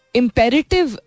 imperative